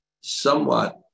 somewhat